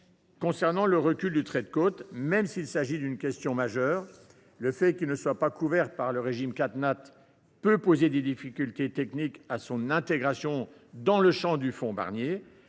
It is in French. concerne le recul du trait de côte, il s’agit d’une question majeure, mais le fait qu’il ne soit pas couvert par le régime CatNat peut poser des difficultés techniques à son intégration dans le champ du fonds Barnier.